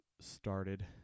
started